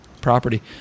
property